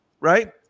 Right